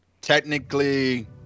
Technically